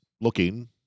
looking